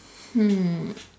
hmm